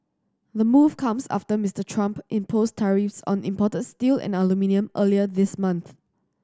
the move comes after Mister Trump imposed tariffs on imported steel and aluminium earlier this month